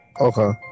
Okay